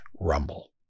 rumble